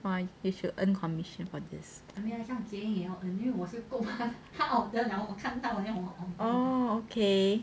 !wah! you should earn commission for this